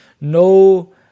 no